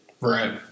Right